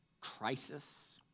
crisis